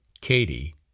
Katie